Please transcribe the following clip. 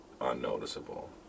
unnoticeable